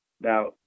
Now